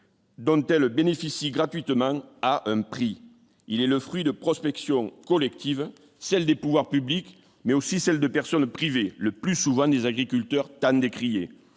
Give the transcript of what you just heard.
Dont elle bénéficie gratuitement à un prix, il est le fruit de prospection collective, celle des pouvoirs publics, mais aussi celle de personnes privées, le plus souvent des agriculteurs tant décrié,